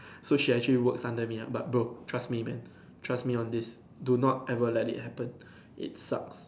so she actually works under me ah but bro trust me man trust me on this do not ever let it happen it sucks